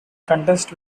condensed